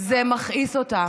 זה מכעיס אותה.